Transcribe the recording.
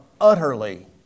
utterly